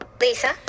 lisa